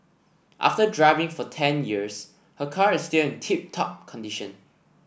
after driving for ten years her car is still in tip top condition